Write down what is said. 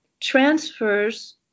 transfers